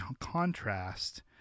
contrast